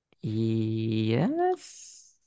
Yes